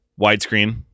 Widescreen